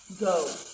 Go